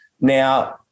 Now